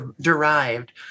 derived